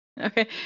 Okay